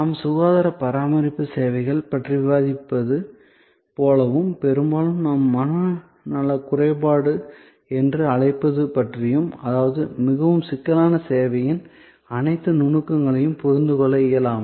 நான் சுகாதார பராமரிப்பு சேவைகள் பற்றி விவாதிப்பது போலவும் பெரும்பாலும் நாம் மனநல குறைபாடு என்று அழைப்பது பற்றியும் அதாவது மிகவும் சிக்கலான சேவையின் அனைத்து நுணுக்கங்களையும் புரிந்து கொள்ள இயலாமை